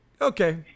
Okay